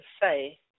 say